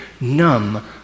numb